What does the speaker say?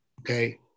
Okay